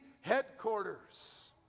headquarters